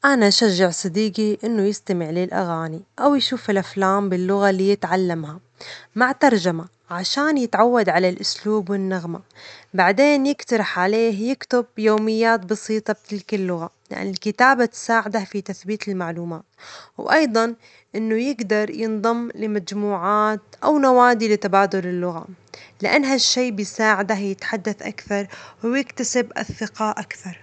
أنا أشجع صديقي إنه يستمع للأغاني أو يشوف الأفلام باللغة التي يتعلمها مع ترجمة، لكي يتعود على الأسلوب والنغمة، بعدين، أجترح عليه إنه يكتب يوميات بسيطة بتلك اللغة؛ لأن الكتابة تساعده في تثبيت المعلومات، وأيضًا، إنه يجدر ينضم لمجموعات أو نوادي لتبادل اللغة؛ لأن ها الشيء سيساعده على التحدث أكثر واكتساب الثجة بشكل أكبر.